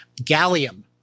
Gallium